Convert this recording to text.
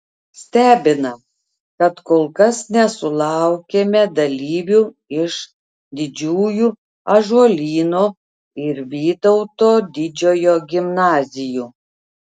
stebina kad kol kas nesulaukėme dalyvių iš didžiųjų ąžuolyno ir vytauto didžiojo gimnazijų